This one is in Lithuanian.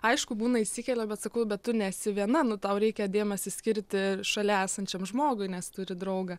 aišku būna įsikelia bet sakau bet tu nesi viena nu tau reikia dėmesį skirti šalia esančiam žmogui nes turi draugą